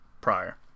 prior